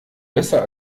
besser